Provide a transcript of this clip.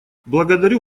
благодарю